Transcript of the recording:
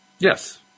Yes